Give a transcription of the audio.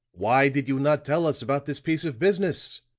why did you not tell us about this piece of business?